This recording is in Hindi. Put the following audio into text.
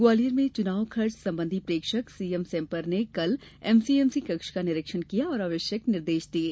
ग्वालियर में चुनाव खर्च संबंधी प्रेक्षक सीएम सेम्पर ने कल एमसीएमसी कक्ष का निरीक्षण किया और आवश्यक निर्देश दिये